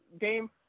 game